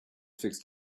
fixed